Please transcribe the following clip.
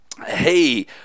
Hey